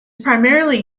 primarily